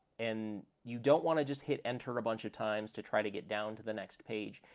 and you don't want to just hit enter a bunch of times to try to get down to the next page.